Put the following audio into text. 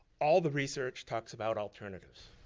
all the research talks about alternatives.